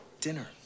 dinner